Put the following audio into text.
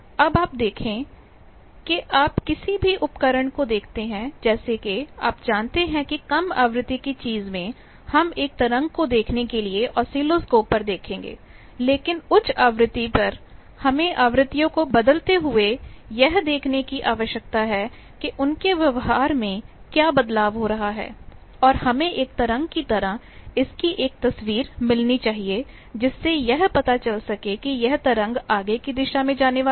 अब आप देखें कि आप किसी भी उपकरण को देखते हैं जैसे कि आप जानते हैं कि कम आवृत्ति की चीज में हम एक तरंग को देखने के लिए ऑसिलोस्कोप पर देखेंगे लेकिन उच्च आवृत्ति पर हमें आवृत्तियों को बदलते हुए यह देखने की आवश्यकता है कि उनके व्यवहार में क्या बदलाव हो रहा है और हमें एक तरंग की तरह इसकी एक तस्वीर मिलनी चाहिए जिससे यह पता चल सके के यह तरंग आगे की दिशा में जाने वाली है